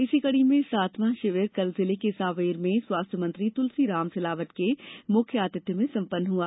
इसी कड़ी में सातवां षिविर कल जिले के सांवेर में स्वास्थ्य मंत्री तुलसीराम सिलावट के मुख्य आतिथ्य में संपन्न हुआ